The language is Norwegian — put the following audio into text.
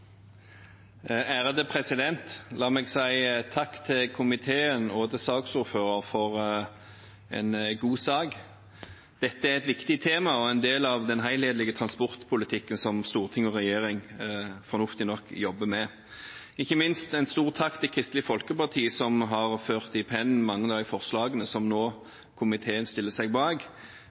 saka framover. La meg si takk til komiteen og til saksordføreren for en god sak. Dette er et viktig tema og en del av den helhetlige transportpolitikken som storting og regjering – fornuftig nok – jobber med. Ikke minst en stor takk til Kristelig Folkeparti, som har ført i pennen mange av de forslagene som komiteen nå stiller seg bak.